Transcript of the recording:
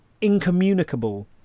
incommunicable